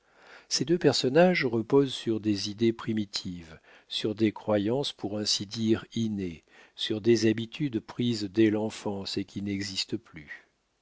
ces deux personnages reposent sur des idées primitives sur des croyances pour ainsi dire innées sur des habitudes prises dès l'enfance et qui n'existent plus